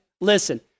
Listen